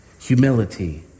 Humility